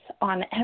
on